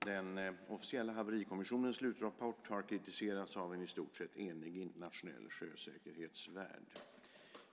Den officiella haverikommissionens slutrapport har kritiserats av en i stort sett enig internationell sjösäkerhetsvärld.